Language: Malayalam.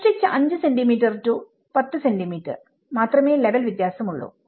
കഷ്ടിച്ച് 5cm to 10cm മാത്രമേ ലെവൽ വ്യത്യാസം ഉള്ളൂ